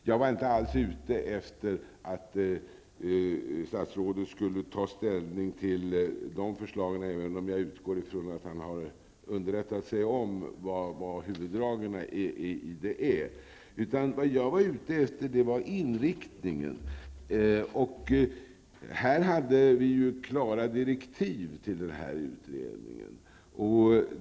Jag var inte alls ute efter att statsrådet skulle ta ställning till de förslagen, även om jag utgår ifrån att han har underrättat sig om huvuddragen. Jag var ute efter inriktningen. Vi hade klara direktiv till utredningen.